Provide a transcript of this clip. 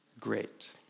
great